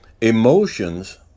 Emotions